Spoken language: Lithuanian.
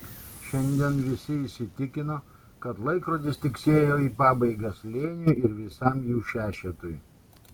šiandien visi įsitikino kad laikrodis tiksėjo į pabaigą slėniui ir visam jų šešetui